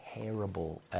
terrible